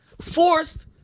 forced